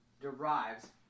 derives